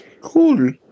cool